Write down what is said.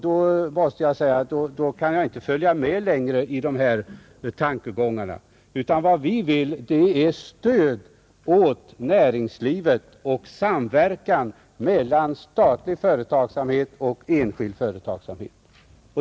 Då måste jag säga att jag inte kan följa med längre i tankegångarna, Vad vi vill är att ge stöd åt näringslivet och åstadkomma en samverkan mellan statlig företagsamhet och enskild företagsamhet.